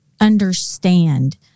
understand